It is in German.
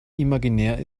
imaginär